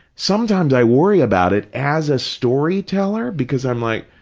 sometimes i worry about it as a storyteller, because i'm like,